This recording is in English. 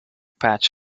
patch